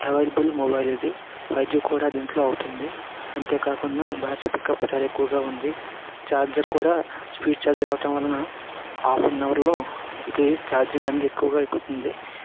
available mobile ఇది five G కూడా దీంట్లో అవుతుంది అంతే కాకుండా బ్యాటరీ పికప్ చాలా ఎక్కువగా ఉంది ఛార్జర్ కూడా స్పీడ్ ఛార్జర్ అవటం వలన హాఫ్ యాన్ అవర్ లో ఇది ఛార్జింగ్ అనేది ఎక్కువగా ఎక్కుతుంది